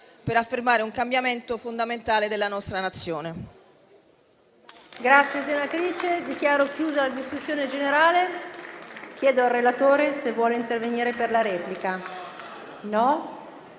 per affermare un cambiamento fondamentale della nostra Nazione.